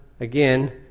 again